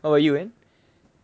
how about you man